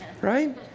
Right